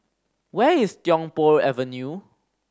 where is Tiong Poh Avenue